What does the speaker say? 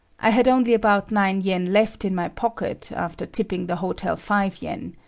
i had only about nine yen left in my pocket after tipping the hotel five yen.